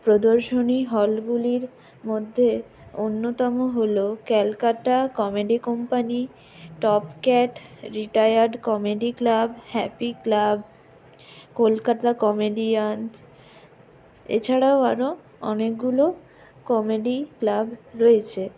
প্রদর্শনী হলগুলির মধ্যে অন্যতম হল Calcutta comedy company Topcat retired comedy club happy club Kolkata comedians এছাড়াও আরও অনেকগুলো কমেডি ক্লাব রয়েছে